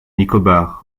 nicobar